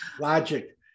Logic